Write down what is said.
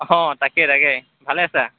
অঁ তাকে তাকে ভালে আছা